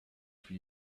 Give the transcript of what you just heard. for